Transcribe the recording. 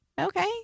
Okay